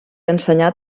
ensenyà